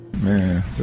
Man